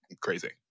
crazy